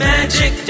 Magic